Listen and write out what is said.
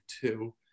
two